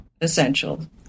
essential